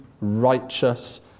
righteous